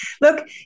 Look